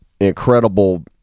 incredible